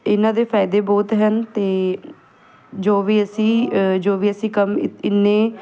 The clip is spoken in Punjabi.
ਇਹਨਾਂ ਦੇ ਫ਼ਾਇਦੇ ਬਹੁਤ ਹਨ ਅਤੇ ਜੋ ਵੀ ਅਸੀਂ ਜੋ ਵੀ ਅਸੀਂ ਕੰਮ ਇੰਨੇ